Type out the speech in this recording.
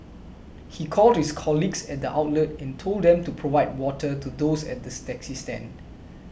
he called his colleagues at the outlet and told them to provide water to those at the taxi stand